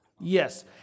Yes